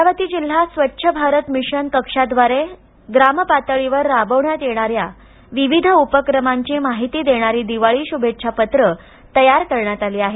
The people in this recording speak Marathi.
अमरावती जिल्हा स्वच्छ भारत मिशन कक्षा व्दारे ग्राम पातळीवर राबविण्यात येणाऱ्या विविध उपक्रमाची माहिती देणारी दिवाळी शुभेच्छा पत्रं तयार करण्यात आली आहेत